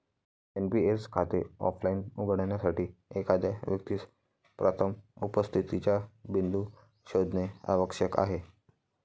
NPS खाते offline उघडण्यासाठी, एखाद्या व्यक्तीस प्रथम उपस्थितीचा बिंदू शोधणे आवश्यक आहे